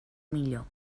millor